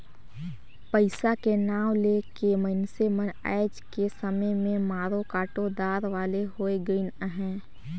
पइसा के नांव ले के मइनसे मन आएज के समे में मारो काटो दार वाले होए गइन अहे